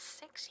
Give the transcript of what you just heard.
six